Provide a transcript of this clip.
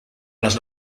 las